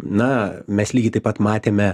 na mes lygiai taip pat matėme